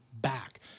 back